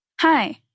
Hi